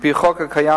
על-פי החוק הקיים,